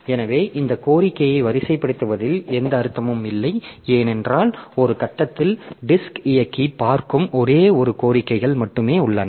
எனவே இந்த கோரிக்கையை வரிசைப்படுத்துவதில் எந்த அர்த்தமும் இல்லை ஏனென்றால் ஒரு கட்டத்தில் டிஸ்க் இயக்கி பார்க்கும் ஒரே ஒரு கோரிக்கைகள் மட்டுமே உள்ளன